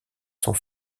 sont